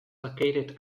located